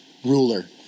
ruler